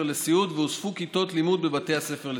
לסיעוד והוספו כיתות לימוד בבתי הספר לסיעוד,